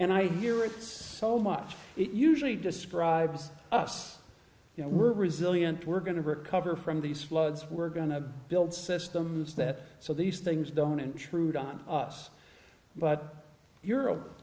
and i hear it so much it usually describes us you know we're resilient we're going to recover from these floods we're going to build systems that so these things don't intrude on us but you're